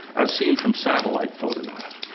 as seen from satellite photograph.